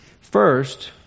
First